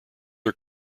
are